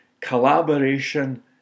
collaboration